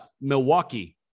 milwaukee